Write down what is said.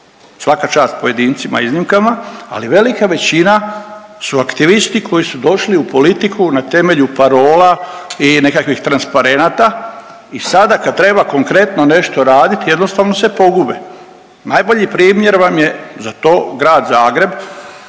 Svaka čast pojedincima i iznimkama, ali velika većina su aktivisti koji su došli u politiku na temelju parola i nekakvih transparenata i sada kad treba konkretno nešto radit, jednostavno se pogube. Najbolji primjer vam je za to Grad Zagreb